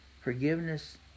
Forgiveness